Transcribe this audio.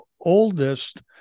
oldest